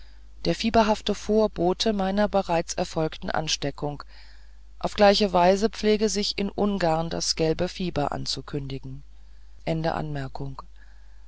der fieberhafte vorbote meiner bereits erfolgten ansteckung auf gleiche weise pflege sich in ungarn das gelbe fieber anzukündigen